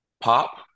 pop